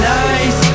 nice